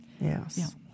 Yes